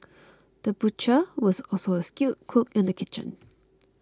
the butcher was also a skilled cook in the kitchen